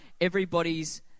Everybody's